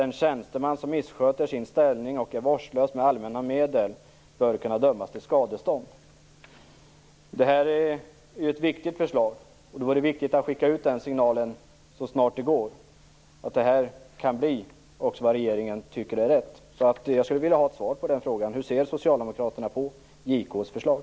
En tjänsteman som missköter sin ställning och är vårdslös med allmänna medel bör kunna dömas till skadestånd. Det här är ett viktigt förslag, och det är viktigt att så snart som möjligt skicka ut en signal om att det här också kan bli vad regeringen tycker är rätt. Jag skulle vilja veta hur Socialdemokraterna ser på JK:s förslag.